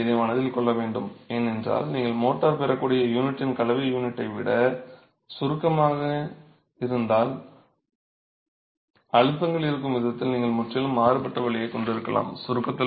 எனவே நீங்கள் இதை மனதில் கொள்ள வேண்டும் ஏனென்றால் நீங்கள் மோர்டார் பெறக்கூடிய யூனிட்டின் கலவை யூனிட்டை விட சுருக்கமாக இருந்தால் அழுத்தங்கள் இருக்கும் விதத்தில் நீங்கள் முற்றிலும் மாறுபட்ட வழியைக் கொண்டிருக்கலாம்